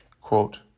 quote